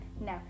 No